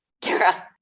Kara